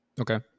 Okay